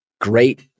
great